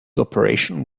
operation